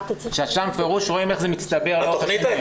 ששם רואים בפירוש איך זה מצטבר לאורך השנים.